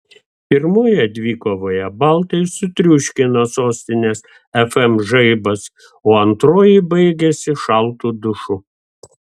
pirmoje dvikovoje baltai sutriuškino sostinės fm žaibas o antroji baigėsi šaltu dušu